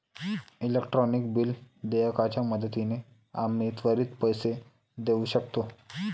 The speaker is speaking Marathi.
इलेक्ट्रॉनिक बिल देयकाच्या मदतीने आम्ही त्वरित पैसे देऊ शकतो